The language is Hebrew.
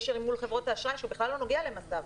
קשר מול חברות האשראי שבכלל לא נוגע למס"ב.